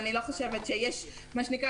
ואני לא חושבת שיש מה שנקרא,